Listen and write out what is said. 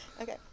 Okay